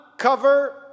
cover